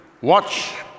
Watch